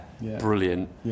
Brilliant